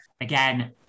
again